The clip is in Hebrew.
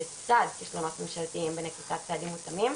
לצד כשלונות ממשלתיים בנקיטת צעדים מותאמים,